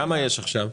כמה יש עכשיו?